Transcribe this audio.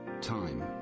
time